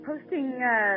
posting